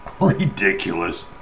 ridiculous